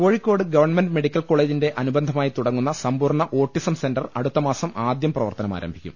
Kozhikode government medical കോളജിന്റെ അനുബന്ധമായി തുടങ്ങുന്ന സമ്പൂർണ്ണ ഓട്ടിസം സെന്റർ അടുത്തമാസം ആദ്യം പ്രവർത്ത നമാരംഭിക്കും